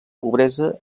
pobresa